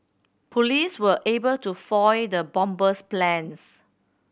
police were able to foil the bomber's plans